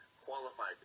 qualified